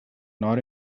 nor